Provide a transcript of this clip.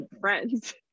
friends